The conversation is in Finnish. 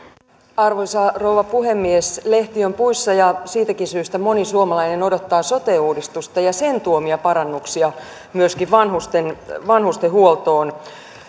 arvoisa rouva puhemies lehti on puissa ja siitäkin syystä moni suomalainen odottaa sote uudistusta ja sen tuomia parannuksia myöskin vanhustenhuoltoon